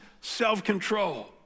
self-control